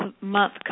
month